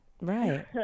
right